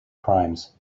crimes